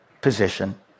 position